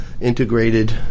integrated